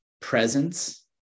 presence